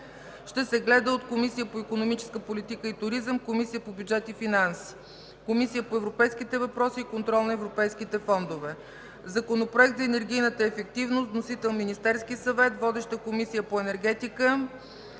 е и на Комисията по икономическа политика и туризъм, Комисията по бюджет и финанси, Комисията по европейските въпроси и контрол на европейските фондове. - Законопроект за енергийната ефективност. Вносител – Министерският съвет. Водеща е Комисията по енергетика.